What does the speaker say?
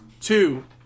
two